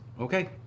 Okay